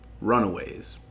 Runaways